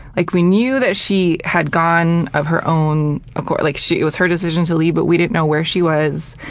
like, we knew that she had gone of her own accord like it was her decision to leave but we didn't know where she was.